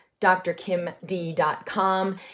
drkimd.com